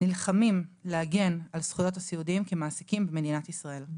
נלחמים להגן על זכויות הסיעודיים כמעסיקים במדינת ישראל,